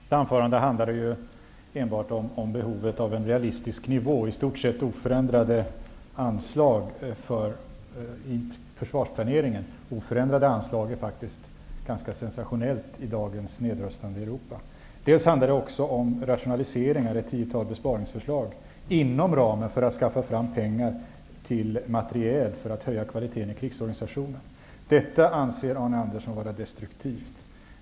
Fru talman! Mitt anförande handlade enbart om behovet av en realistisk anslagsnivå, dvs. i stort sett oförändrade anslag för försvarsplaneringen. Oförändrade anslag är faktiskt ganska sensationellt i dagens nedrustande Europa. Det hela handlar också om rationaliseringar i samband med ett tiotal besparingsförslag inom ramen för att skaffa fram pengar till materiel för att höja kvaliteten i krigsorganisationen. Detta anser Arne Anderssom vara destruktivt.